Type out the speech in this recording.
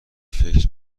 فکر